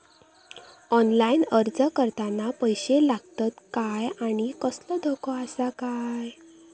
Online अर्ज करताना पैशे लागतत काय आनी कसलो धोको आसा काय?